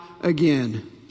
again